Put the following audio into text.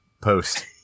post